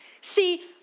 See